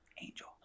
Angel